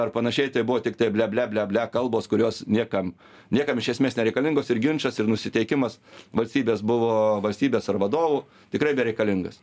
ar panašiai tai buvo tiktai ble ble ble ble kalbos kurios niekam niekam iš esmės nereikalingos ir ginčas ir nusiteikimas valstybės buvo valstybės ar vadovų tikrai bereikalingas